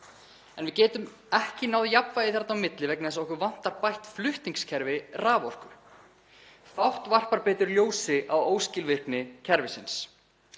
Við getum ekki náð jafnvægi þarna á milli vegna þess að okkur vantar bætt flutningskerfi raforku. Fátt varpar betur ljósi á óskilvirkni kerfisins.